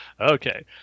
Okay